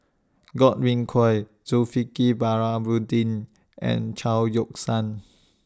Godwin Koay Zulkifli and Chao Yoke San